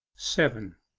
seven.